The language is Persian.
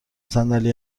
صندلی